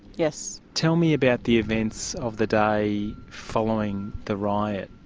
yes. tell me about the events of the day following the riot.